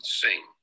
sing